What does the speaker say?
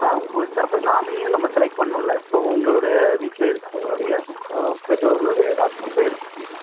ஆ ஒரு சா சார் நாமினியையும் நம்ம செலெக்ட் பண்ணும்லே ஸோ உங்களோடய வீட்டில் இருக்கவங்களுடைய பெற்றோர்களுடைய டாக்குமெண்ட்டும் எடுத்துகிட்டு வந்துருங்கள்